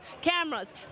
cameras